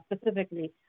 specifically